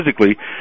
physically